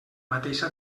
mateixa